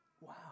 Wow